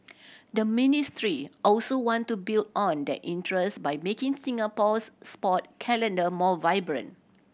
the ministry also want to build on that interest by making Singapore's sport calendar more vibrant